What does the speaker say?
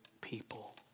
people